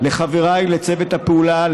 לחבריי לצוות הפעולה,